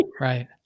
right